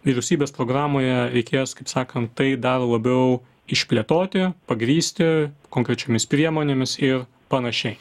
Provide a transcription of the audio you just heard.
vyriausybės programoje reikės kaip sakant tai dar labiau išplėtoti pagrįsti konkrečiomis priemonėmis ir panašiai